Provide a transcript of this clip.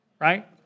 right